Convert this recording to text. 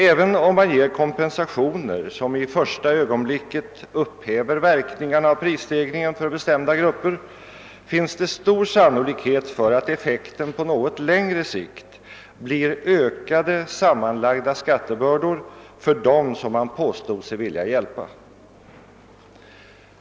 även om man ger kompensationer, som i första ögonblicket upphäver verkningarna av prisstegringen för bestämda grupper, är det stor sannolikhet för att effekten på något längre sikt blir ökade sammanlagda skattebördor för dem man påstod sig vilja hjälpa.